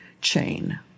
chain